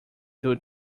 due